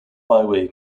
byway